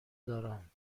دارم